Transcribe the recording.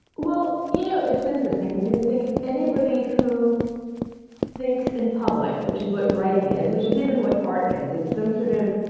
well, you know it's interesting because, i think, anybody who thinks in public which is what writing is, which even what art is. it's some sort of